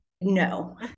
no